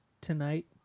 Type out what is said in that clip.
Tonight